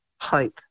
hope